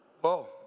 Whoa